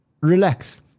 relax